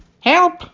Help